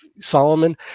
Solomon